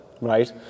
Right